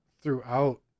throughout